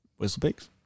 Whistlepigs